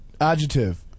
Adjective